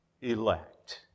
elect